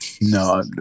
No